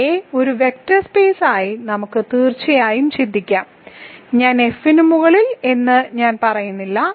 K യെ ഒരു vector സ്പെയ്സായി നമുക്ക് തീർച്ചയായും ചിന്തിക്കാം ഞാൻ F ന് മുകളിൽ എന്ന് ഞാൻ പറയുന്നില്ല